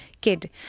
kid